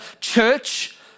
church